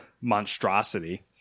monstrosity